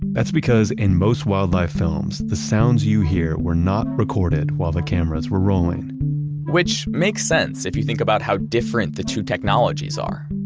that's because in most wildlife films, the sounds you hear were not recorded while the cameras were rolling which makes sense if you think about how different the two technologies are.